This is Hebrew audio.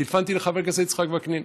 טלפנתי לחבר הכנסת יצחק וקנין,